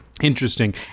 interesting